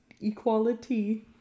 equality